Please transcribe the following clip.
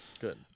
good